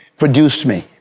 produced me,